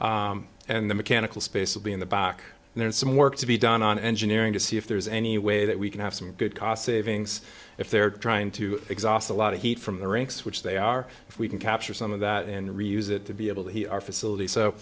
inside and the mechanical space will be in the back and then some work to be done on engineering to see if there's any way that we can have some good cost savings if they're trying to exhaust a lot of heat from the ranks which they are if we can capture some of that and reuse it to be able to be our facility so